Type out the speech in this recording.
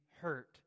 hurt